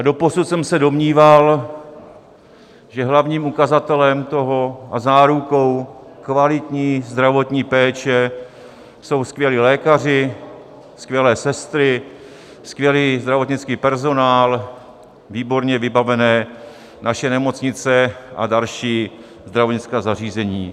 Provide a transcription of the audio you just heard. Doposud jsem se domníval, že hlavním ukazatelem toho a zárukou kvalitní zdravotní péče jsou skvělí lékaři, skvělé sestry, skvělý zdravotnický personál, výborně vybavené naše nemocnice a další zdravotnická zařízení.